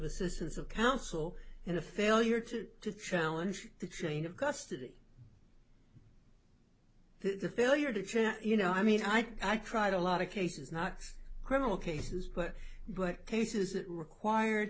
assistance of counsel and the failure to challenge the chain of custody the failure to you know i mean i cried a lot of cases not criminal cases but but cases that required